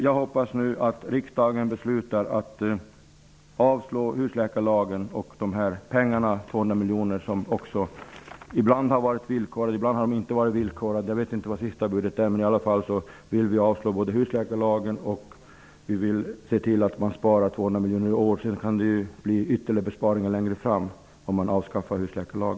Jag hoppas nu att riksdagen beslutar att avslå husläkarlagen och pengarna, 200 miljoner kronor, som ibland har varit villkorade och ibland inte -- jag vet inte vad sista budet är. I alla fall vill vi avslå husläkarlagen och se till att spara 200 miljoner kronor i år. Sedan kan det bli ytterligare besparingar längre fram, om husläkarlagen avskaffas.